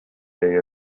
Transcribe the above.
day